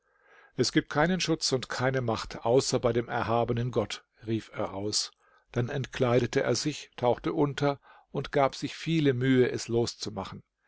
es gibt keinen schutz und keine macht außer bei dem erhabenen gott rief er aus dann entkleidete er sich tauchte unter und gab sich viele mühe es